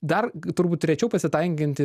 dar turbūt rečiau pasitaikanti